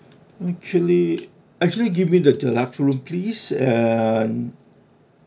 actually actually give me the deluxe room please uh